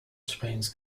springs